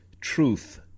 truth